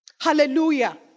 Hallelujah